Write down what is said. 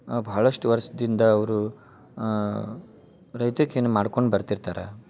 ಭಾಳಷ್ಟು ವರ್ಷದಿಂದ ಅವರು ರೈತಕಿನ ಮಾಡ್ಕೊಂಡು ಬರ್ತಿರ್ತಾರೆ